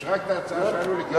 יש רק ההצעה שלנו לקיים דיון,